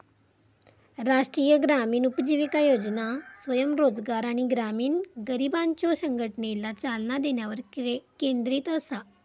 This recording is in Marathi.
राष्ट्रीय ग्रामीण उपजीविका योजना स्वयंरोजगार आणि ग्रामीण गरिबांच्यो संघटनेला चालना देण्यावर केंद्रित असा